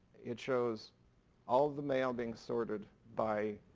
it shows all the mail being sorted by